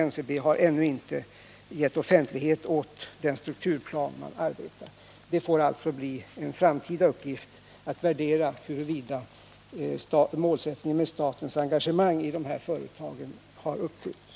NCB har ju ännu inte gett offentlighet åt den strukturplan som man arbetar med. Detta får alltså bli en framtida uppgift — att värdera huruvida målsättningen med statens engagemang i de här företagen har uppfyllts.